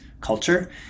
culture